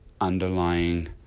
underlying